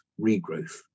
regrowth